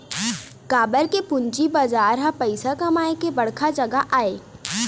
काबर के पूंजी बजार ह पइसा कमाए के बड़का जघा आय